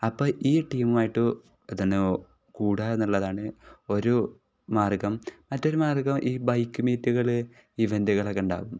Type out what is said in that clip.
അപ്പം ഈ ടീമുമായിട്ട് അതിന് കൂടുക എന്നുള്ളതാണ് ഒരു മാർഗം മറ്റൊരു മാർഗം ഈ ബൈക്ക് മീറ്റുകൾ ഇവെൻറ്റുകൾ ഒക്കെ ഉണ്ടാകും